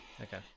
Okay